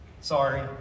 Sorry